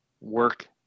work